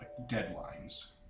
deadlines